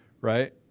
right